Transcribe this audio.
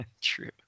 true